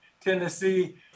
Tennessee